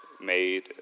made